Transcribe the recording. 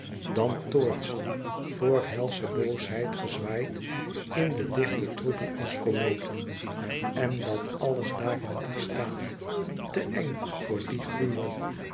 dan toortsen vol helsche boosheid gezwaaid in de dichte troepen als kometen en dat alles daar in die straat te eng voor dien gruwel